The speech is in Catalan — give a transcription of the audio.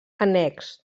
annex